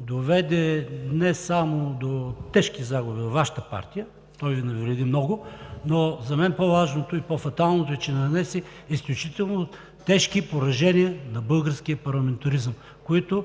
доведе не само до тежки загуби във Вашата партия – той Ви навреди много, но за мен по-важното и по-фаталното е, че нанесе изключително тежки поражения на българския парламентаризъм, което